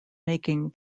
making